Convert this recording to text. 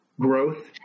growth